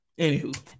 Anywho